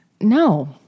No